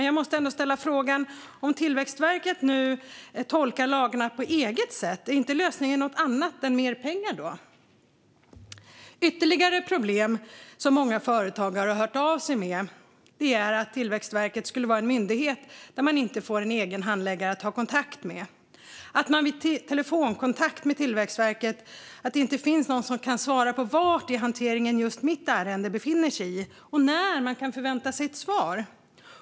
Jag måste ändå ställa frågan: Om Tillväxtverket tolkar lagarna på sitt eget sätt, är inte lösningen då något annat än mer pengar? Ytterligare problem som många företagare har hört av sig med är att Tillväxtverket sägs vara en myndighet där man inte får en egen handläggare att ha kontakt med. Vid telefonkontakt med Tillväxtverket finns det ingen som kan svara på var i hanteringen ärendet befinner sig eller när man kan förvänta sig ett svar.